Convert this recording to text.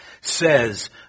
says